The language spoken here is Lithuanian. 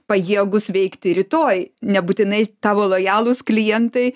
pajėgūs veikti rytoj nebūtinai tavo lojalūs klientai